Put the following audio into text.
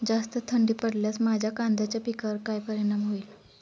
जास्त थंडी पडल्यास माझ्या कांद्याच्या पिकावर काय परिणाम होईल?